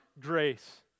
grace